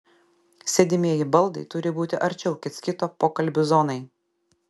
sėdimieji baldai turi būti arčiau kits kito pokalbių zonai